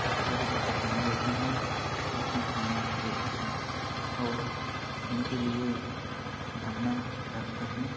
रस्सी के द्वारा बाँध देते हैं उसमें पानी भर देते हैं और उनके लिए दाना रखते हैं